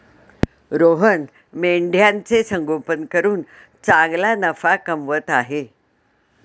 रोहन मेंढ्यांचे संगोपन करून चांगला नफा कमवत आहे